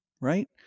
right